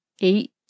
eight